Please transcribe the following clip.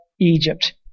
Egypt